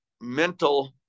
mental